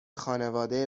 خانواده